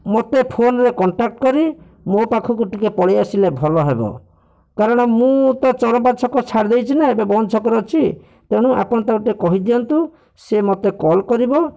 ମୋତେ ଫୋନରେ କଣ୍ଟାକ୍ଟ କରି ମୋ ପାଖକୁ ଟିକିଏ ପଳାଇ ଆସିଲେ ଭଲ ହେବ କାରଣ ମୁଁ ତ ଚରମ୍ପା ଛକ ଛାଡ଼ି ଦେଇଛି ନା ଏବେ ବନ୍ତ ଛକରେ ଅଛି ତେଣୁ ଆପଣ ତାଙ୍କୁ ଟିକିଏ କହିଦିଅନ୍ତୁ ସିଏ ମୋତେ କଲ୍ କରିବ